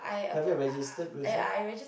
have you registered with her